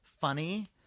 funny